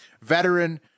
veteran